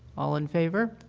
all in favor?